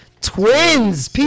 twins